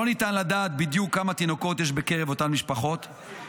לא ניתן לדעת בדיוק כמה תינוקות יש בקרב אותן משפחות -- מה זאת אומרת?